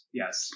yes